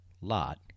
lot